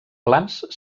plans